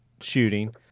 shooting